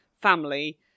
family